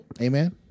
Amen